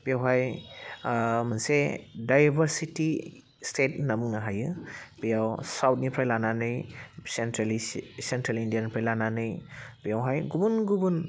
बेवहाय मोनसे diversity state होनना बुंनो हायो बेयाव साउथनिफ्राय लानानै सेन्ट्रेल सेन्ट्रेल इन्दियानिफ्राय लानानै बेयावहाय गुबुन गुबुन